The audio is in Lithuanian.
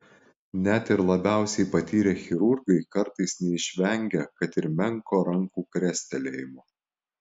net ir labiausiai patyrę chirurgai kartais neišvengia kad ir menko rankų krestelėjimo